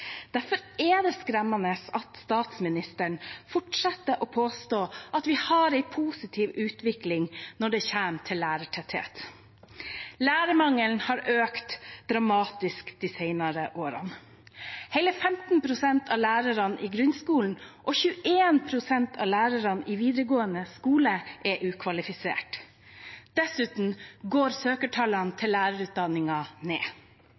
Derfor er det skremmende at statsministeren fortsetter å påstå at vi har en positiv utvikling når det gjelder lærertetthet. Lærermangelen har økt dramatisk de senere årene. Hele 15 pst. av lærerne i grunnskolen og 21 pst. av lærerne i videregående skole er ukvalifisert. Dessuten går søkertallene til lærerutdanningen ned.